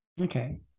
okay